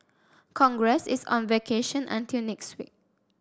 congress is on vacation until next week